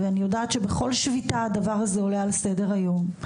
בכל שביתה הדבר הזה עולה על סדר היום,